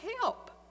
help